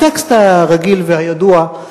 הטקסט הרגיל והידוע.